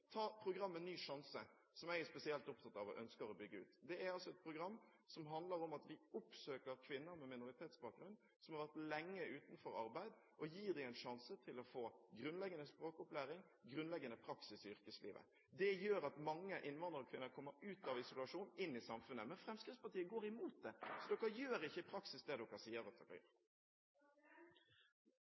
Ta programmet Ny sjanse, som jeg er spesielt opptatt av og ønsker å bygge ut. Det er altså et program som handler om at vi oppsøker kvinner med minoritetsbakgrunn som har vært lenge utenfor arbeid, og gir dem en sjanse til å få grunnleggende språkopplæring og grunnleggende praksis i yrkeslivet. Det gjør at mange innvandrerkvinner kommer ut av isolasjon og inn i samfunnet. Men Fremskrittspartiet går imot det. Dere gjør ikke i praksis det dere